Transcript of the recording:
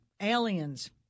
aliens